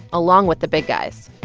along with the big guys